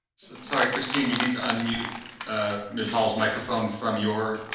sorry, christine, you need to unmute miss hall's microphone from your,